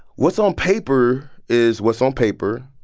what's on paper is what's on paper.